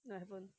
haven't